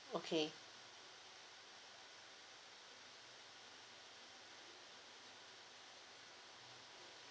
okay